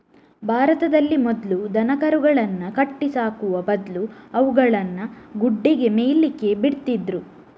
ಭಾರತದಲ್ಲಿ ಮೊದ್ಲು ದನಕರುಗಳನ್ನ ಕಟ್ಟಿ ಸಾಕುವ ಬದ್ಲು ಅವುಗಳನ್ನ ಗುಡ್ಡೆಗೆ ಮೇಯ್ಲಿಕ್ಕೆ ಬಿಡ್ತಿದ್ರು